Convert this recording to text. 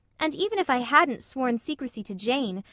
and, even if i hadn't sworn secrecy to jane,